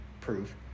proof